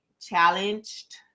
challenged